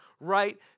right